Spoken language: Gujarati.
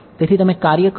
તેથી તમે કાર્ય કરશો